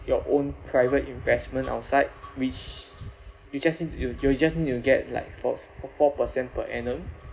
your own private investment outside which you just need you you just need to get like four f~ four percent per annum